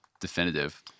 definitive